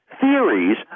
theories